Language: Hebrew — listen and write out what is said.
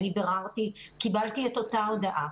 אני ביררתי אחרי שקיבלתי את אותה הודעה.